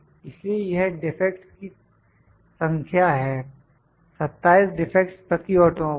इसलिए यह डिफेक्ट्स की संख्या हैं 27 डिफेक्ट्स प्रति ऑटोमोबाइल